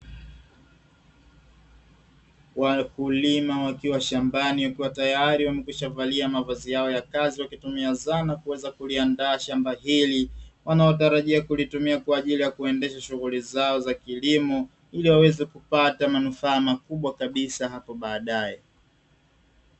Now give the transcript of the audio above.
Wakulima wakiwa shambani wakiwa tayari wamekwisha valia mavazi yao ya kazi, wakitumia zana kuweza kuliandaa shamba hili. Wanaotarajia kulitumia kwa ajili ya kuendesha shughuli zao za kilimo, ili waweze kupata manufaa makubwa kabisa hapo baadae.